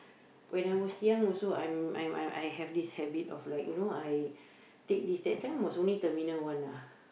when I was young also I am I am I have this habit of like you know I take this that time was only terminal one lah